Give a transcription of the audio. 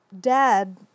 dad